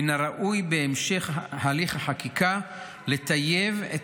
מן הראוי בהמשך הליך החקיקה לטייב את